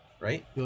Right